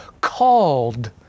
called